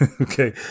Okay